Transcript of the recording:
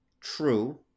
True